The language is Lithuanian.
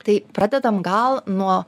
tai pradedam gal nuo